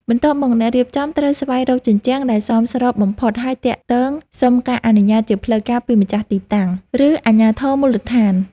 បន្ទាប់មក អ្នករៀបចំត្រូវស្វែងរកជញ្ជាំងដែលសមស្របបំផុត ហើយទាក់ទងសុំការអនុញ្ញាតជាផ្លូវការពីម្ចាស់ទីតាំង ឬអាជ្ញាធរមូលដ្ឋាន។